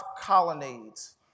colonnades